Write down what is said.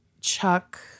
Chuck